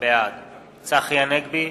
בעד צחי הנגבי,